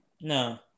No